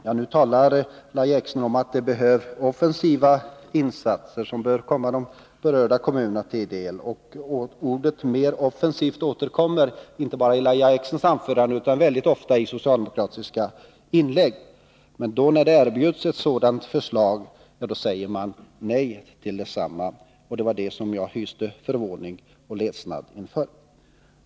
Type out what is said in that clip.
Lahja Exner talade om att det behövs offensiva insatser, som bör komma de berörda kommunerna till del. Ordet ”offensiv” återkommer inte bara i Lahja Exners anförande utan mycket ofta i socialdemokratiska inlägg — men när det erbjuds ett sådant förslag säger man nej, och det var därför jag kände både förvåning och ledsnad.